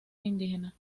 indígena